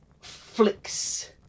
flicks